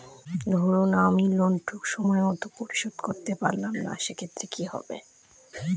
ধরুন আমি লোন টুকু সময় মত পরিশোধ করতে পারলাম না সেক্ষেত্রে কি হবে?